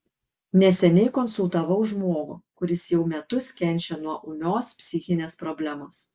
neseniai konsultavau žmogų kuris jau metus kenčia nuo ūmios psichinės problemos